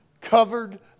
Covered